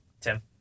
Tim